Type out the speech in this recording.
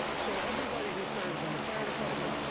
so everybody who serves in the fire department,